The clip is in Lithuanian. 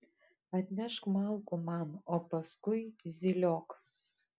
atnešk malkų man o paskui zyliok